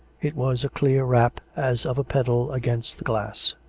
it was a clear rap, as of a pebble against the glass.